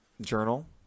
journal